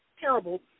terrible